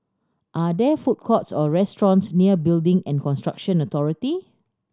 are there food courts or restaurants near Building and Construction Authority